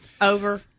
over